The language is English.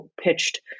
pitched